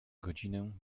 godzinę